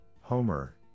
Homer